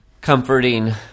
comforting –